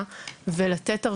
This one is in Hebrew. ועדה.